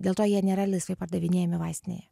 dėl to jie nėra laisvai pardavinėjami vaistinėje